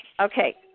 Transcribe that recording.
Okay